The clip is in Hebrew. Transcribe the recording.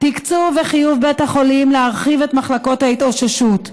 תקצוב וחיוב בית החולים להרחיב את מחלקות ההתאוששות,